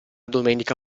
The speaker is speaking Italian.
domenica